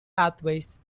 pathways